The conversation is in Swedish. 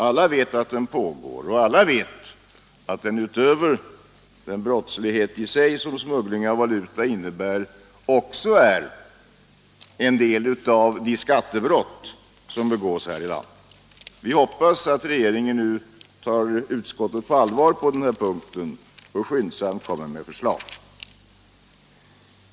Alla vet att den pågår, och alla vet att den utöver den brottslighet i sig som smuggling av valuta innebär också har sin grund i de skattebrott som begås här i landet. Vi hoppas att regeringen tar utskottet på allvar på den här punkten och skyndsamt kommer med förslag.